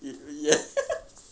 圆